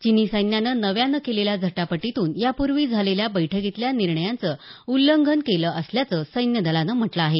चिनी सैन्यानं नव्यानं केलेल्या झटापटीतून यापूर्वी झालेल्या बैठकीतल्या निर्णयाचं उल्लंघन केलं असल्याचं सैन्य दलानं म्हटलं आहे